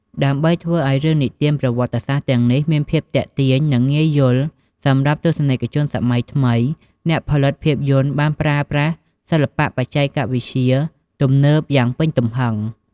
ដើម្បីធ្វើឲ្យរឿងនិទានប្រវត្តិសាស្ត្រទាំងនេះមានភាពទាក់ទាញ និងងាយយល់សម្រាប់ទស្សនិកជនសម័យថ្មី អ្នកផលិតភាពយន្តបានប្រើប្រាស់សិល្បៈបច្ចេកវិទ្យាទំនើបយ៉ាងពេញទំហឹង។